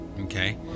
okay